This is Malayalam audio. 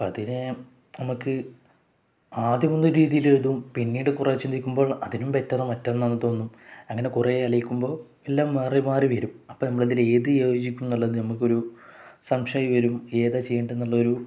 അപ്പ അതിന് നമുക്ക് ആദ്യം ഒരു രീതിയിൽ എഴുതും പിന്നീട് കുറേ ചിന്തിക്കുമ്പോൾ അതിനും ബെറ്റ്ര് മറ്റൊന്നാണെന്ന് തോന്നും അങ്ങനെ കുറേ ആലോചിക്കുമ്പോൾ എല്ലാം മാറി മാറി വരും അപ്പം നമ്മൾ അതിൽ ഏത് യോജിക്കുന്നു ഉള്ളത് നമുക്കൊരു സംശമായി വരും ഏതാണ് ചെയ്യേണ്ടത് എന്നുള്ള ഒരു